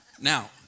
Now